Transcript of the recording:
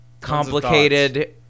complicated